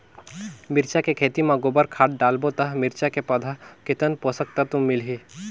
मिरचा के खेती मां गोबर खाद डालबो ता मिरचा के पौधा कितन पोषक तत्व मिलही?